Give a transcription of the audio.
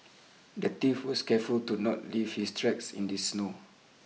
the thief was careful to not leave his tracks in the snow